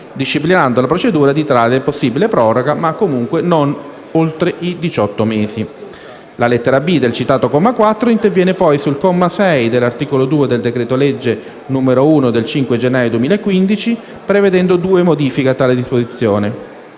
disciplinando la procedura di tale possibile proroga, comunque non oltre i diciotto mesi. La lettera *b)* del citato comma 4 interviene poi sul comma 6 dell'articolo 2 del decreto-legge 5 gennaio 2015, n. 1, prevedendo due modifiche a tale disposizione: